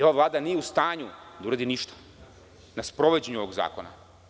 Ova Vlada nije u stanju da uradi ništa na sprovođenju ovog zakona.